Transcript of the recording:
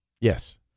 Yes